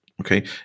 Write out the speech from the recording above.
Okay